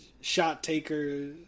shot-takers